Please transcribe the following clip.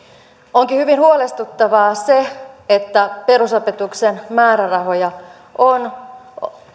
onkin hyvin huolestuttavaa se että perusopetuksen määrärahoja on